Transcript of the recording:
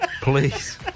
please